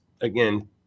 again